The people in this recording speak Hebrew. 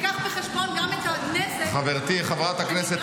שייקח בחשבון גם את הנזק שנגרם לאלמנה --- חברתי חברת הכנסת